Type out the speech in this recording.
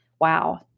wow